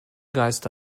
geiste